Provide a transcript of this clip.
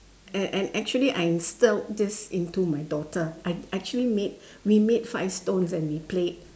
and and actually I instilled this into my daughter I actually made remade five stones and we played